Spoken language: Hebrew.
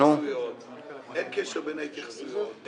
אין קשר בין ההתייחסויות.